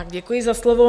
Děkuji za slovo.